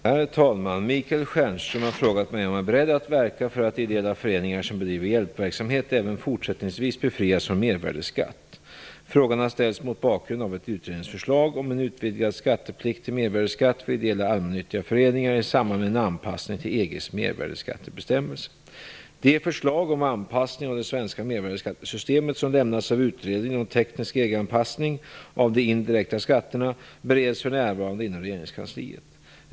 Herr talman! Michael Stjernström har frågat mig om jag är beredd att verka för att ideella föreningar som bedriver hjälpverksamhet även fortsättningsvis befrias från mervärdesskatt. Frågan har ställts mot bakgrund av ett utredningsförslag om en utvidgad skatteplikt till mervärdesskatt för ideella allmännyttiga föreningar i samband med en anpassning till EG:s mervärdesskattebestämmelser. De förslag om anpassning av det svenska mervärdesskattesystemet som lämnats av Utredningen om teknisk EG-anpassning av de indirekta skatterna bereds för närvarande inom regeringskansliet.